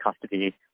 custody